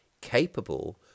capable